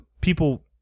people